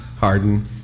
harden